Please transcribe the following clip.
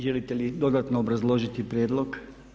Želite li dodatno obrazložiti prijedlog?